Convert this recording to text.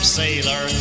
sailor